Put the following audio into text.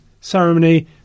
ceremony